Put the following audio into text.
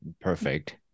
perfect